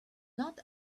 not